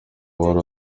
wari